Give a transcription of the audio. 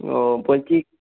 ও বলছি